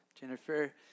Jennifer